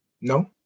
No